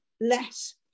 less